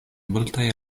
multaj